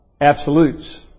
absolutes